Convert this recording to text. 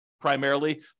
primarily